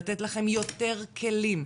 לתת לכם יותר כלים,